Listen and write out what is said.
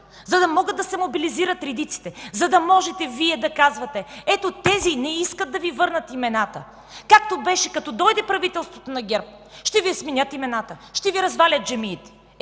за да могат да се мобилизират редиците, за да може Вие да казвате: „Ето тези не искат да Ви върнат имената”, както беше – „Като дойде правителството на ГЕРБ ще Ви сменят имената, ще Ви развалят джамиите”.